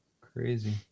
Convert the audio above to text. Crazy